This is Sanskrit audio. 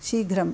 शीघ्रम्